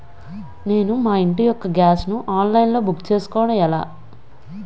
నేను మా ఇంటి యెక్క గ్యాస్ ను ఆన్లైన్ లో బుక్ చేసుకోవడం ఎలా?